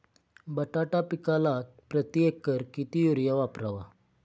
बटाटा पिकाला प्रती एकर किती युरिया वापरावा?